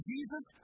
Jesus